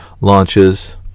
launches